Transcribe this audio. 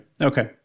Okay